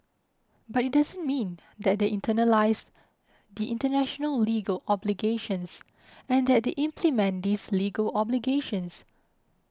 but it doesn't mean that they internalise the international legal obligations and that they implement these legal obligations